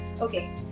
okay